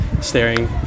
Staring